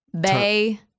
Bay